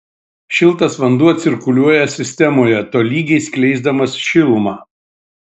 šiltas vanduo cirkuliuoja sistemoje tolygiai skleisdamas šilumą